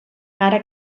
ara